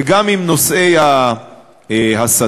וגם עם נושאי ההסתה,